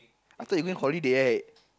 after you going holiday right